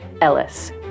Ellis